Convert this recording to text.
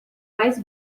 mais